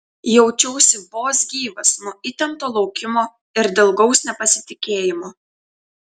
jaučiausi vos gyvas nuo įtempto laukimo ir dilgaus nepasitikėjimo